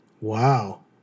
Wow